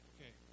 Okay